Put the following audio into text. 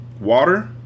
Water